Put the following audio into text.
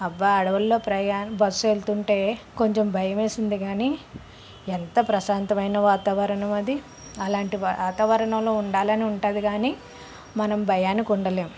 అబ్బా అడవులలో ప్రయాణం బస్సు వెళ్తుంటే కొంచెం భయం వేసింది కానీ ఎంత ప్రశాంతమైన వాతావరణం అది అలాంటి వాతావరణంలో ఉండాలని ఉంటుంది కానీ మనం భయానికి ఉండలేం